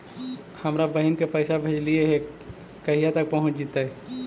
हमरा बहिन के पैसा भेजेलियै है कहिया तक पहुँच जैतै?